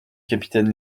capitaine